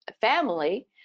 family